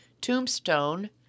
Tombstone